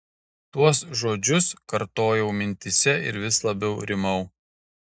tuos žodžius kartojau mintyse ir vis labiau rimau